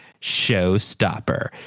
showstopper